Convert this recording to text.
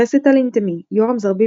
רסיטל אינטמי – יורם זרביב,